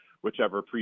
whichever